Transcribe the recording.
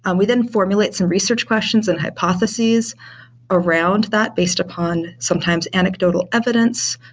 and we then formulate some research questions and hypothesis around that based upon sometimes anecdotal evidence,